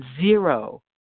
zero